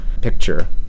picture